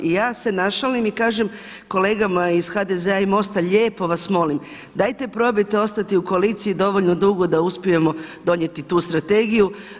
I ja se našalim i kažem kolegama iz HDZ-a i MOST-a, lijepo vas molim dajte probajte ostati u koaliciji dovoljno dugo da uspijemo donijeti tu strategiju.